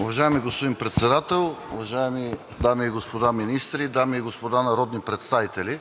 Уважаеми господин Председател, уважаеми дами и господа министри, дами и господа народни представители!